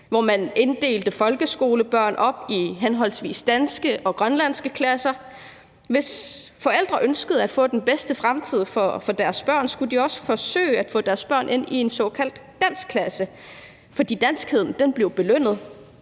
hvor man inddelte folkeskolebørn i henholdsvis danske og grønlandske klasser. Hvis forældre ønskede at få den bedste fremtid for deres børn, skulle de også forsøge at få deres børn ind i en såkaldt dansk klasse, for danskheden blev belønnet,